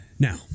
Now